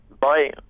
Bye